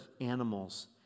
animals